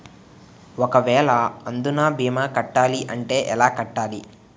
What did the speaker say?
ఒక వేల అందునా భీమా కట్టాలి అంటే ఎలా కట్టాలి?